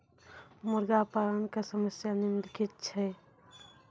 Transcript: मुर्गा पालन के समस्या निम्नलिखित छै